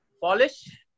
Polish